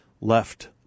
left